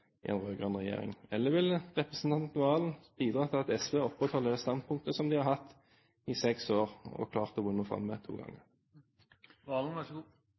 i en rød-grønn regjering? Eller vil representanten Serigstad Valen bidra til at SV opprettholder det standpunktet de har hatt i seks år og klart å vinne fram med to